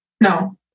No